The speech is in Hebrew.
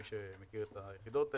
מי שמכיר את היחידות האלה.